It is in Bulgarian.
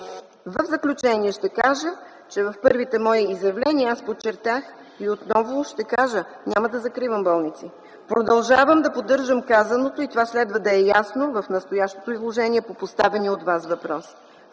В заключение ще кажа, че в първите мои изявления аз подчертах и отново ще кажа – няма да закривам болници. Продължавам да поддържам казаното и това следва да е ясно в настоящото изложение по поставения от Вас въпрос.